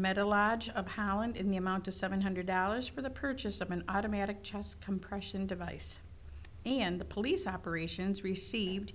metalogic of howland in the amount of seven hundred dollars for the purchase of an automatic chest compression device and the police operations received